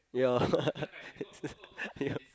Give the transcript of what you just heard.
yeah yeah